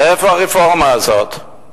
מאיפה הרפורמה הזאת?